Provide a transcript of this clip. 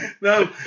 no